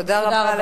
תודה רבה.